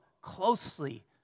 closely